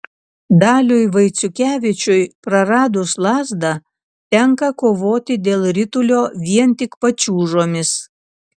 daliui vaiciukevičiui praradus lazdą tenka kovoti dėl ritulio vien tik pačiūžomis